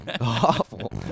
Awful